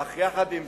אך עם זאת